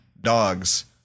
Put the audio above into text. dogs